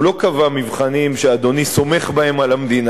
הוא לא קבע מבחנים שאדוני סומך בהם על המדינה.